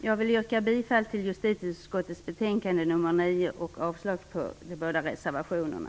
Jag yrkar bifall till hemställan i justitieutskottets betänkande nr 9 och avslag på de båda reservationerna.